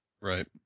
Right